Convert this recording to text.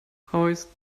hoist